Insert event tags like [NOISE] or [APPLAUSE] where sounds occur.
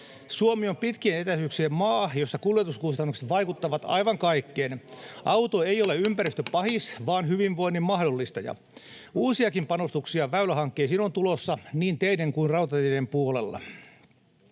Suomi on pitkien etäisyyksien maa, jossa kuljetuskustannukset vaikuttavat aivan kaikkeen. [NOISE] Auto ei ole ympäristöpahis, vaan hyvinvoinnin mahdollistaja. Uusiakin panostuksia väylähankkeisiin on tulossa niin teiden kuin rautateiden puolella.